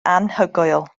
anhygoel